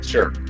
Sure